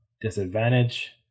disadvantage